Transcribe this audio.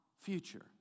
future